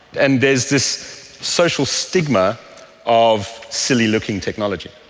and there's this social stigma of silly-looking technology.